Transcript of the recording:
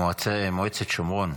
מועצת שומרון.